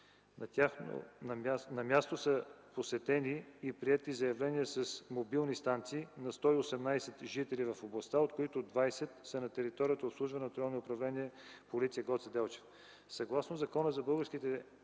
На място са посетени и приети заявления с мобилни станции на 118 жители в областта, от които 20 са на територията, обслужвана от Районно